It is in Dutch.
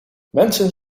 mensen